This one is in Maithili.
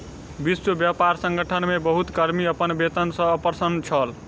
विश्व व्यापार संगठन मे बहुत कर्मी अपन वेतन सॅ अप्रसन्न छल